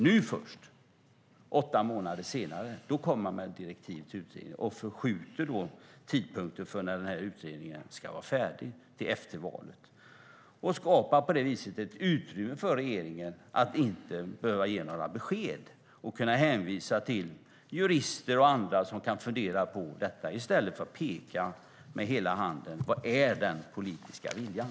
Nu först, åtta månader senare, kommer man med direktiv till utredningen och förskjuter tidpunkten för när den här utredningen ska vara färdig till efter valet. Man skapar på det viset ett utrymme för regeringen att inte behöva ge några besked och kunna hänvisa till jurister och andra som kan fundera på detta i stället för att peka med hela handen och visa vad som är den politiska viljan.